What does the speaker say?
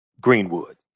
Greenwood